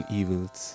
evils